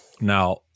now